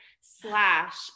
slash